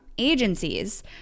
agencies